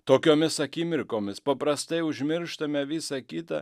tokiomis akimirkomis paprastai užmirštame visa kita